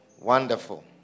Wonderful